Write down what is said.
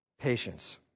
Patience